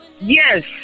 Yes